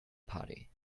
party